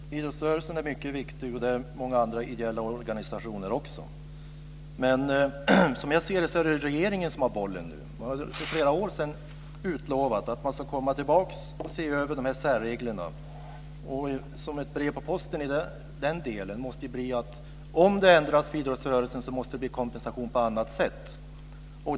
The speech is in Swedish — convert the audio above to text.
Fru talman! Idrottsrörelsen är mycket viktig, liksom många andra ideella organisationer. Som jag ser saken ligger bollen nu hos regeringen. För flera år sedan lovade man att återkomma och göra en översyn av de här särreglerna. Det måste väl i den delen bli som ett brev på posten att det, om det ändras för idrottsrörelsen, måste bli en kompensation på annat sätt.